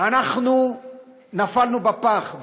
נפלנו בפח.